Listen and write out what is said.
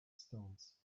stones